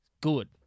Good